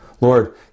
Lord